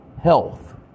health